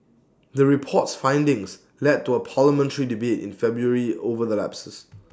the report's findings led to A parliamentary debate in February over the lapses